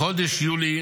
בחודש יולי